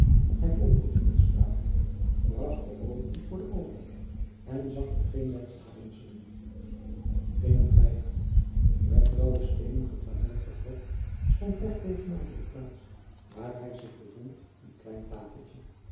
hij volgde die inspraak bracht de oogen voor de opening en zag hetgeen wij verhalen zullen in een vrij groot met blaauwe steenen geplaveid vertrek stond recht tegenover de plaats waar hij zich bevond een klein tafeltje